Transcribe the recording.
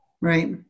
Right